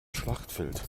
schlachtfeld